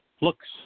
Looks